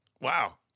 Wow